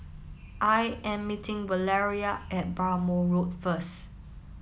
I am meeting Valeria at Bhamo Road first